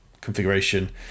configuration